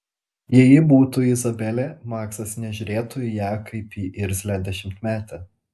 jei ji būtų izabelė maksas nežiūrėtų į ją kaip į irzlią dešimtmetę